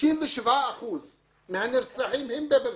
67 אחוזים מהנרצחים הם במרכז.